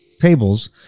tables